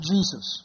Jesus